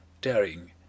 daring